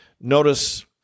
Notice